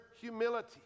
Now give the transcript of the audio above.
humility